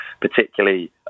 particularly